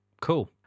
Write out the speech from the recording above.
Cool